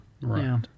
Right